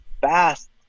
fast